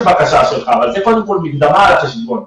הבקשה שלך אבל קודם כל תהיה לך מקדמה על החשבון.